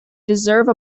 deserve